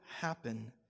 happen